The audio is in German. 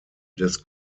des